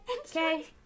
okay